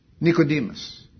Nicodemus